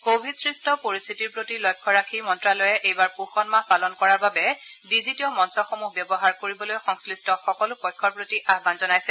কভিডসৃষ্ট পৰিস্থিতিৰ প্ৰতি লক্ষ্য ৰাখি মন্ত্যালয়ে এইবাৰ পোষণ মাহ পালন কৰাৰ বাবে ডিজিটীয় মঞ্চসমূহ ব্যৱহাৰ কৰিবলৈ সংশ্লিষ্ট সকলো পক্ষৰ প্ৰতি আহবান জনাইছে